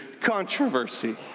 controversy